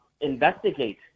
investigate